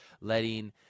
letting